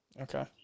Okay